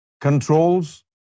controls